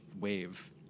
wave